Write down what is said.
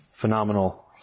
phenomenal